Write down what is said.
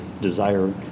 desire